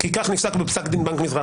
כי כך נפסק בפסק דין בנק מזרח.